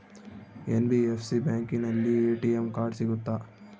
NBFC ಬ್ಯಾಂಕಿನಲ್ಲಿ ATM card ಸಿಗುತ್ತಾ?